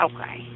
Okay